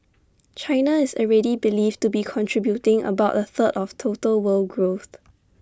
China is already believed to be contributing about A third of total world growth